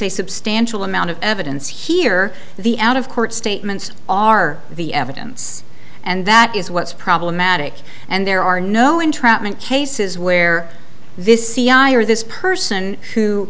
a substantial amount of evidence here the out of court statements are the evidence and that is what's problematic and there are no entrapment cases where this cia or this person who